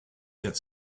quatre